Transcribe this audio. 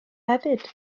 hefyd